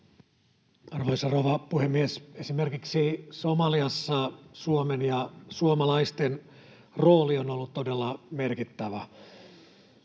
Arvoisa rouva puhemies! Esimerkiksi Somaliassa Suomen ja suomalaisten rooli on ollut todella merkittävä.